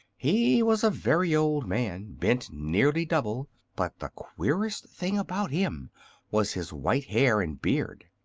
he was a very old man, bent nearly double but the queerest thing about him was his white hair and beard.